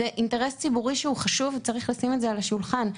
וצריך לשים את זה על השולחן,